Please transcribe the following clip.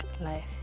life